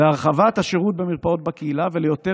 להרחבת השירות של מרפאות בקהילה וליותר